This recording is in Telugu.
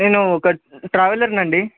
నేను ఒక ట్రావెలర్నండి